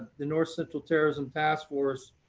the north central terrorism task force,